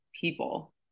people